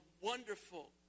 wonderful